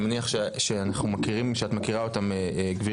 אני מניח שאת כבר מכירה אותם גברתי,